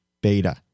beta